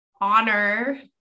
honor